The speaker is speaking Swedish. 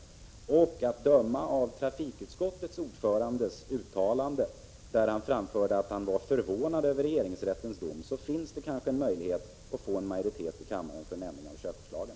Mot bakgrund av det uttalande som trafikutskottets ordförande har gjort — denne framförde att han var förvånad över regeringsrättens dom — finns det kanske en möjlighet att få majoritet här i kammaren för en ändring av körkortslagen.